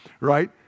Right